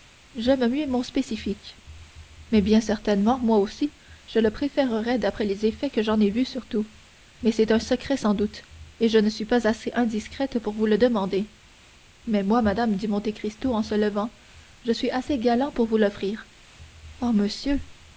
j'aime mieux mon spécifique mais bien certainement moi aussi je le préférerais d'après les effets que j'en ai vus surtout mais c'est un secret sans doute et je ne suis pas assez indiscrète pour vous le demander mais moi madame dit monte cristo en se levant je suis assez galant pour vous l'offrir oh monsieur